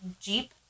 Jeep